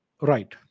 Right